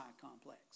complex